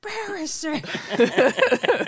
embarrassing